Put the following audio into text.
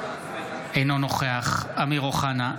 אינו נוכח אמיר אוחנה,